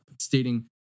stating